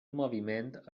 moviment